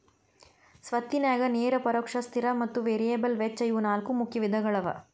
ಸ್ವತ್ತಿನ್ಯಾಗ ನೇರ ಪರೋಕ್ಷ ಸ್ಥಿರ ಮತ್ತ ವೇರಿಯಬಲ್ ವೆಚ್ಚ ಇವು ನಾಲ್ಕು ಮುಖ್ಯ ವಿಧಗಳವ